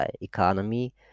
economy